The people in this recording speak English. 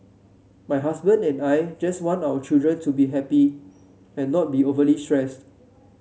my husband and I just want our children to be happy and not be overly stressed